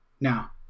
Now